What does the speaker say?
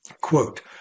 Quote